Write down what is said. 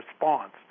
response